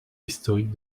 historique